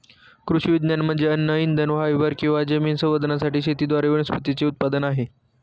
कृषी विज्ञान म्हणजे अन्न इंधन फायबर किंवा जमीन संवर्धनासाठी शेतीद्वारे वनस्पतींचे उत्पादन आहे